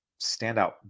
standout